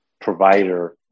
provider